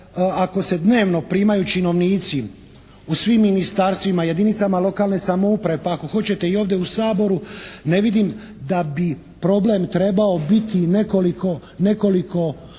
ako se dnevno primaju činovnici u svim ministarstvima, jedinicama lokalne samouprave pa ako hoćete i ovdje u Saboru, ne vidim da bi problem trebao biti nekoliko